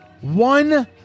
One